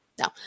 no